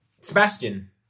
Sebastian